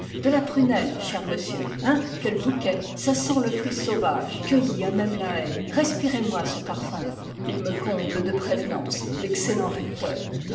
de la prunelle cher monsieur hein quel bouquet ça sent le fruit sauvage cueilli à même la haie respirez moi ce parfum il me comble de prévenances l'excellent recteur